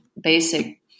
basic